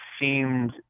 seemed